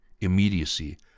immediacy